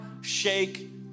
shake